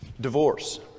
Divorce